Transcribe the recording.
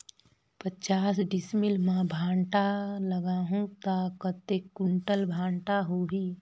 पचास डिसमिल मां भांटा लगाहूं ता कतेक कुंटल भांटा होही?